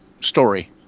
story